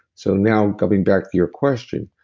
so now coming back to your question,